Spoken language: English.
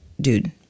dude